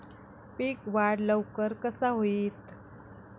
पीक वाढ लवकर कसा होईत?